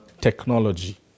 technology